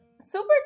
Super